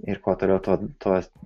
ir kuo toliau tuo